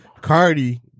Cardi